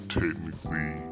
technically